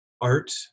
art